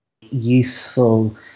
useful